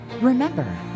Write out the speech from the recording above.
Remember